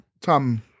Tom